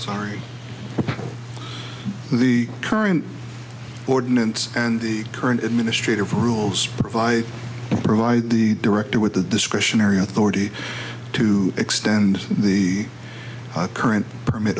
sorry the current ordinance and the current administrative rules provide provide the director with the discretionary authority to extend the the current permit